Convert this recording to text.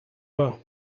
pas